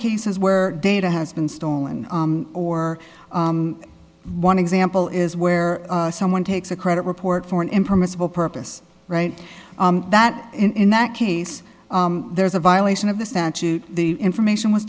cases where data has been stolen or one example is where someone takes a credit report for an impermissible purpose right that in that case there's a violation of the statute the information was